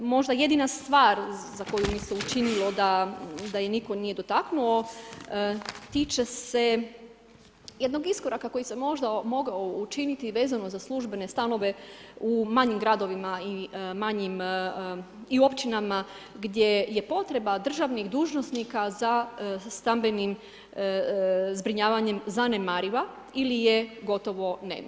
Možda jedina stvar za koju mi se učinilo da ju nitko nije dotaknuo, tiče se jednog iskoraka koji se možda mogao učiniti vezano za službene stanove u manjim gradovima i manjim općinama gdje je potreba državnih dužnosnika za stambenim zbrinjavanjem zanemariva ili je gotovo nema.